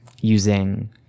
using